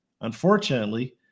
Unfortunately